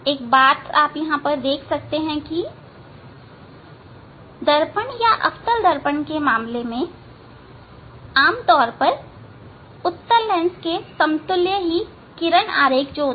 एक बात आप देख सकते हैं कि दर्पण या अवतल दर्पण के मामले में आम तौर पर उत्तल लेंस के समतुल्य किरण चित्र होता है